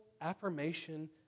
affirmation